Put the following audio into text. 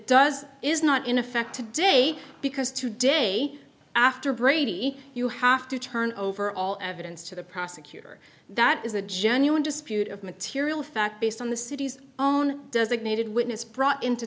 does is not in effect today because today after brady you have to turn over all evidence to the prosecutor that is a genuine dispute of material fact based on the city's own designated witness brought in to